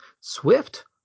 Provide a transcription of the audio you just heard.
Swift